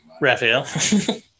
Raphael